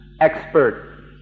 expert